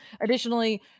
additionally